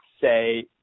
say